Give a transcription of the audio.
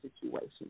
situation